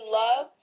love